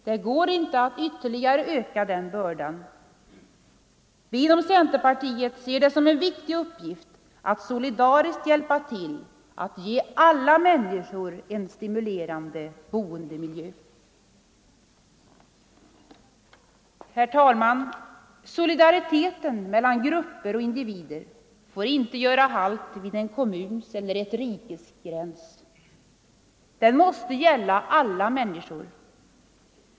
Det går inte att ytterligare öka bördan i dessa områden. Vi inom centerpartiet ser det som en viktig uppgift att solidariskt hjälpa till att ge alla människor en stimulerande boendemiljö. Solidariteten mellan grupper och individer får inte göra halt vid en kommuns eller ett rikes gränser. Den måste gälla alla människor.